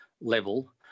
level